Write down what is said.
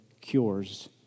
cures